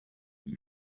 you